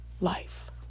life